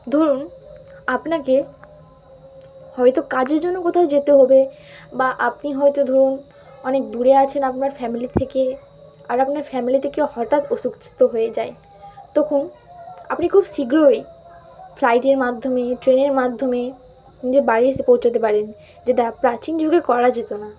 ধরুন আপনাকে হয়তো কাজের জন্য কোথাও যেতে হবে বা আপনি হয়তো ধরুন অনেক দূরে আছেন আপনার ফ্যামিলি থেকে আর আপনার ফ্যামিলি থেকে হঠাৎ অসুস্থ হয়ে যায় তখন আপনি খুব শীঘ্রই ফ্লাইটের মাধ্যমে ট্রেনের মাধ্যমে নিজের বাড়ি এসে পৌঁছোতে পারেন যেটা প্রাচীন যুগে করা যেত না